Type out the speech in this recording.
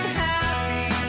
happy